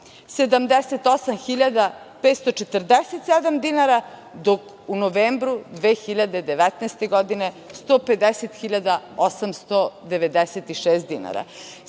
78.547 dinara, dok u novembru 2019. godine 150.896 dinara.